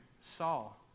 Saul